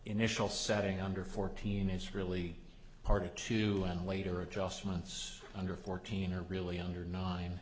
initial setting under fourteen is really hard to find later adjustments under fourteen are really under nine